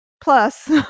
Plus